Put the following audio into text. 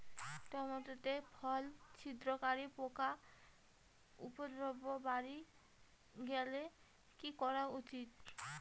Tomato তে ফল ছিদ্রকারী পোকা উপদ্রব বাড়ি গেলে কি করা উচিৎ?